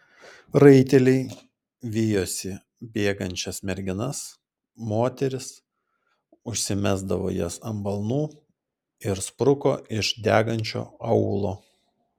raiteliai vijosi bėgančias merginas moteris užsimesdavo jas ant balnų ir spruko iš degančio aūlo